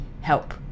help